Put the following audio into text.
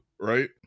right